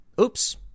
Oops